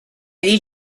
need